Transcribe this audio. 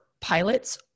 pilots